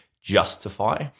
justify